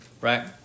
right